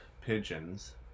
pigeons